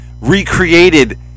recreated